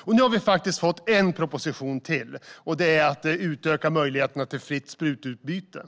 Och nu har vi faktiskt fått en proposition till, och det är att utöka möjligheterna till fritt sprututbyte.